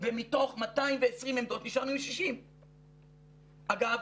ומתוך 220 עמדות נשארנו עם 60. אגב,